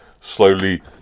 slowly